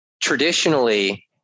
Traditionally